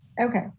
Okay